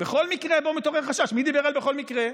"בכל מקרה בו מתעורר חשש" מי דיבר על "בכל מקרה"?